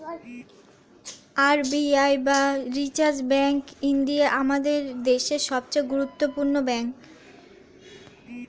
R B I বা reserve bank of India আমাদের দেশের সবচেয়ে গুরুত্বপূর্ণ একটি ব্যাঙ্ক